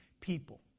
people